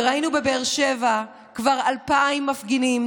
וראינו בבאר שבע כבר 2,000 מפגינים